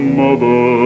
mother